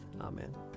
Amen